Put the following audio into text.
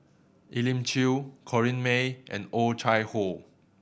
Elim Chew Corrinne May and Oh Chai Hoo